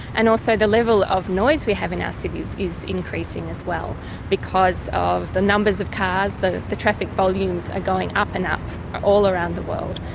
and also the level of noise we have in our ah cities is increasing as well because of the numbers of cars, the the traffic volumes are going up and up all around the world.